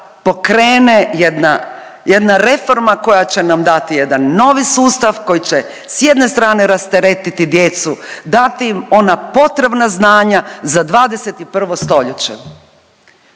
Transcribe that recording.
pokrene jedna, jedna reforma koja će nam dati jedan novi sustav koji će s jedne strane rasteretiti djecu, dati im ona potrebna znanja za 21. stoljeće.